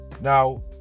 Now